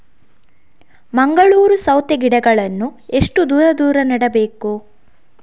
ಮಂಗಳೂರು ಸೌತೆ ಗಿಡಗಳನ್ನು ಎಷ್ಟು ದೂರ ದೂರ ನೆಡಬೇಕು?